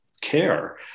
care